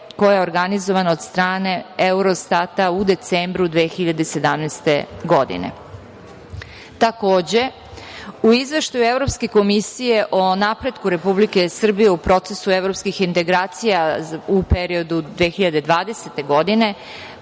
koja je organizovana od strane Eurostata u decembru 2017. godine. Takođe, u Izveštaju Evropske komisije o napretku Republike Srbije u procesu evropskih integracija u periodu 2020. godine,